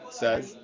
says